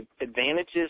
advantages